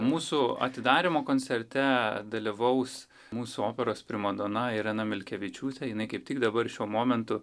mūsų atidarymo koncerte dalyvaus mūsų operos primadona irena milkevičiūtė jinai kaip tik dabar šiuo momentu